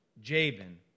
Jabin